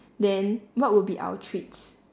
then what would be our treats